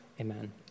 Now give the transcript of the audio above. Amen